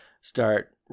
start